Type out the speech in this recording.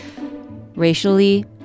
racially